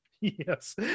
Yes